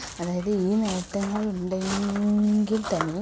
അതായത് ഈ നീക്കങ്ങൾ ഉണ്ടെങ്കിൽ തന്നെ